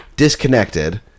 Disconnected